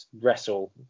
wrestle